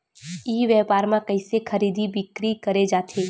ई व्यापार म कइसे खरीदी बिक्री करे जाथे?